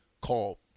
call